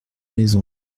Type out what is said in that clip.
maison